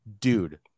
Dude